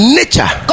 nature